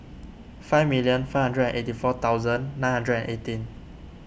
five million five hundred and eighty four thousand nine hundred and eighteen